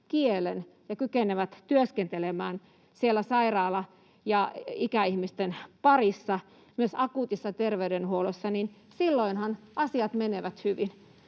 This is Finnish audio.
kielen ja kykenevät työskentelemään siellä ikäihmisten parissa ja myös akuutissa terveydenhuollossa, niin silloinhan asiat menevät hyvin.